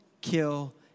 kill